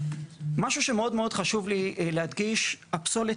משהו שמאוד מאוד חשוב לי להדגיש: הפסולת